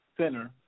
center